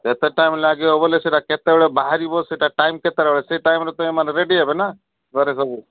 ଏତେ ଟାଇମ୍ ଲାଗିବ ବୋଲେ ସେଇଟା କେତେବେଳେ ବାହାରିବ ସେଟା ଟାଇମ୍ କେତେବେଳେ ସେ ଟାଇମ୍ରେ ତ ଏମାନେ ରେଡ଼ି ହେବେ ନା ଘରେ ସବୁ